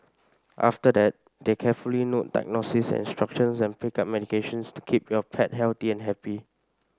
after that they carefully note diagnoses and instructions and pick up medications to keep your pet healthy and happy